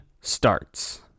starts